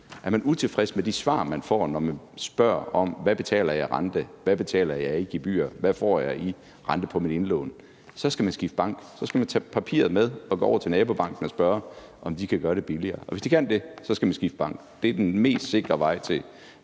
er man utilfreds med de svar, man får, når man spørger om, hvad man betaler i rente, hvad man betaler i gebyrer, og hvad man får i rente på ens indlån, så skal man skifte bank. Man skal tage papirerne med og gå over til nabobanken og spørge, om de kan gøre det billigere, og hvis de kan det, skal man skifte bank. Det er den mest sikre vej til